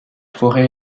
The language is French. forêt